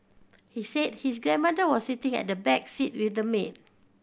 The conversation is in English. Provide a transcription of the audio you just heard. he said his grandmother was sitting at the back seat with the maid